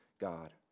God